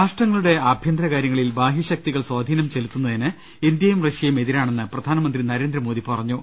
രാഷ്ട്രങ്ങളുടെ ആഭ്യന്തരകാര്യങ്ങളിൽ ബാഹ്യശക്തികൾ സാധീനം ചെലു ത്തുന്നതിന് ഇന്ത്യയും റഷ്യയും എതിരാണെന്ന് പ്രധാനമന്ത്രി നരേന്ദ്രമോദി പറ ഞ്ഞു